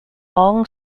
long